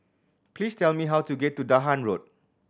please tell me how to get to Dahan Road